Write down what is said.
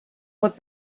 what